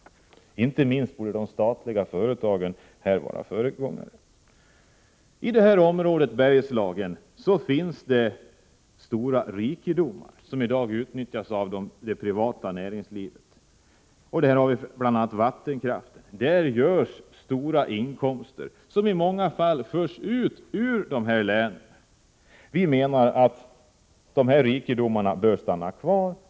Inte minst borde de statliga företagen här vara föregångare. I Bergslagen finns det stora rikedomar som i dag utnyttjas av det privata näringslivet, bl.a. vattenkraft. Där görs stora inkomster som i många fall förs ut ur området. Vi menar att dessa rikedomar bör stanna kvar.